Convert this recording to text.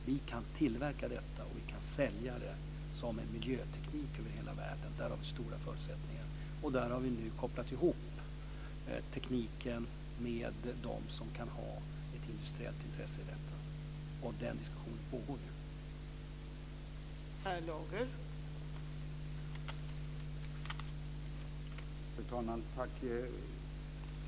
Vi kan tillverka detta, och vi kan sälja det som en miljöteknik över hela världen. Där har vi stora förutsättningar. Nu har vi kopplat ihop tekniken med dem som kan ha ett industriellt intresse i detta. Den diskussionen pågår nu.